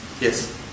Yes